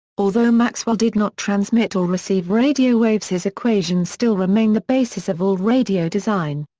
although maxwell did not transmit or receive radio waves his equations still remain the basis of all radio design.